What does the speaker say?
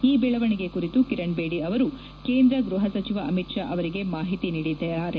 ಈ ಬೆಳವಣಿಗೆ ಕುರಿತು ಕಿರಣ್ ಬೇದಿ ಅವರು ಕೇಂದ್ರ ಗ್ಬಹ ಸಚಿವ ಅಮಿತ್ ಷಾ ಅವರಿಗೆ ಮಾಹಿತಿ ನೀಡಿದ್ದಾರೆ